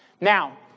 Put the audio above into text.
Now